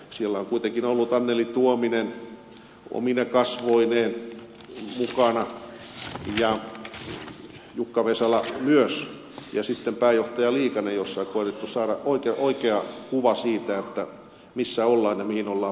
siellä on kuitenkin ollut anneli tuominen omine kasvoineen mukana ja jukka vesala myös ja sitten pääjohtaja liikanen ja siellä on koetettu saada oikea kuva siitä missä ollaan ja mihin ollaan menossa